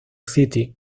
city